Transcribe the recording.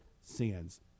sins